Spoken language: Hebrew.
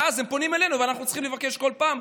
ואז הם פונים אלינו ואנחנו צריכים לבקש כל פעם,